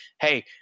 hey